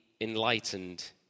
enlightened